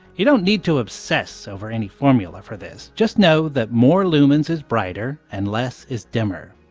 you don't need to obsess over any formula for this. just know that more lumens is brighter and less is dimmer.